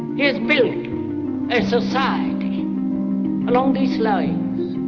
he's built a society along these lines.